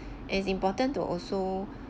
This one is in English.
it's important to also